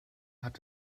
hat